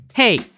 Hey